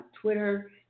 twitter